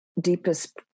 deepest